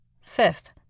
Fifth